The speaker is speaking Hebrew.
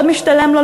מאוד משתלם לו,